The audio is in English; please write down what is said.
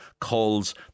calls